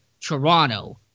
Toronto